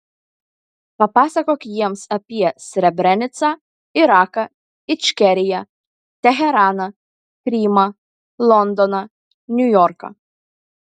papasakok jiems apie srebrenicą iraką ičkeriją teheraną krymą londoną niujorką